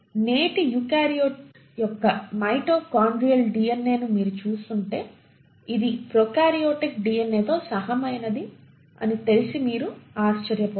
నేటి యూకారియోట్ యొక్క మైటోకాన్డ్రియల్ డిఎన్ఎను మీరు చూస్తుంటే ఇది ప్రొకార్యోటిక్ డిఎన్ఎతో సమానమైనదని తెలిసి మీరు ఆశ్చర్యపోతారు